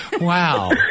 Wow